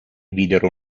videro